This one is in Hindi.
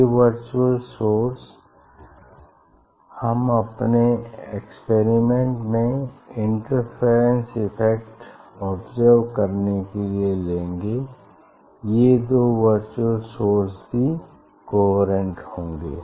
ये वर्चुअल सोर्स हम अपने एक्सपेरिमेंट में इंटरफेरेंस इफ़ेक्ट ऑब्ज़र्व करने के लिए लेंगे ये दो वर्चुअल सोर्स भी कोहेरेंट होंगे